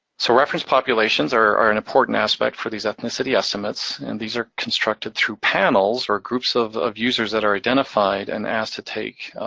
so reference populations are are an important aspect for these ethnicity estimates, and these are constructed through panels, or groups of of users that are identified and asked to take